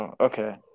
Okay